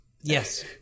Yes